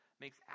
makes